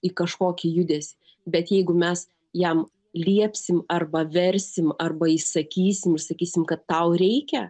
į kažkokį judesį bet jeigu mes jam liepsim arba versim arba įsakysim ir sakysim kad tau reikia